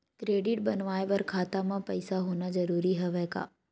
Credit बनवाय बर खाता म पईसा होना जरूरी हवय का?